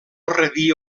rebia